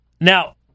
Now